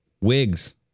wigs